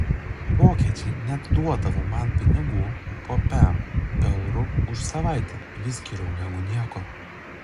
vokiečiai net duodavo man pinigų po pem eurų už savaitę vis geriau negu nieko